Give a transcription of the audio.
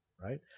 right